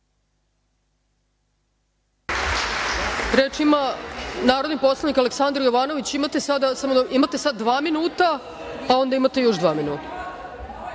vam. Reč ima narodni poslanik Aleksandar Jovanović. Sada imate dva minuta, pa onda imate još dva minuta.